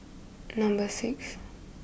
number six